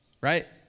right